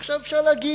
עכשיו, אפשר להגיד: